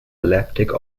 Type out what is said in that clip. elliptic